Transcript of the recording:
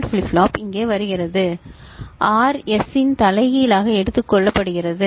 flip-flop இங்கே வருகிறது R S இன் தலைகீழாக எடுத்துக்கொள்கிறது